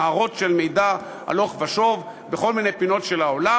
נהרות של מידע הלוך ושוב בכל מיני פינות של העולם.